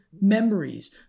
memories